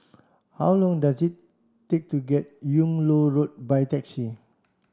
how long does it take to get Yung Loh Road by taxi